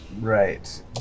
Right